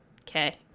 okay